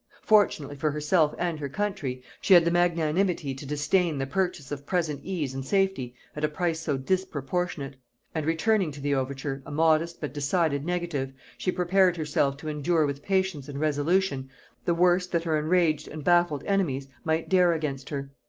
fortunately for herself and her country, she had the magnanimity to disdain the purchase of present ease and safety at a price so disproportionate and returning to the overture a modest but decided negative, she prepared herself to endure with patience and resolution the worst that her enraged and baffled enemies might dare against her.